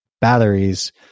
batteries